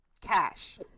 Cash